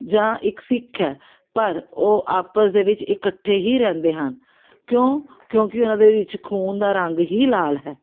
ਜਾਂ ਇੱਕ ਸਿੱਖ ਹੈ ਪਰ ਉਹ ਆਪਸ ਦੇ ਵਿੱਚ ਇਕੱਠੇ ਹੀ ਰਹਿੰਦੇ ਹਨ ਕਿਉਂ ਕਿਉਂਕਿ ਉਹਨਾਂ ਦੇ ਵਿੱਚ ਖੂਨ ਦਾ ਰੰਗ ਹੀ ਲਾਲ ਹੈ